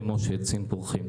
כמו שעצים פורחים.